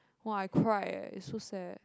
!whoa! I cry eh it's so sad